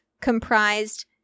comprised